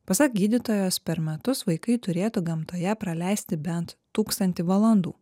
pasak gydytojos per metus vaikai turėtų gamtoje praleisti bent tūkstantį valandų